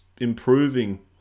improving